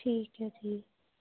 ਠੀਕ ਹੈ ਜੀ